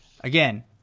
again